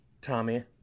Tommy